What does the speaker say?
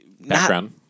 background